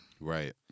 right